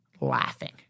laughing